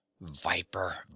viper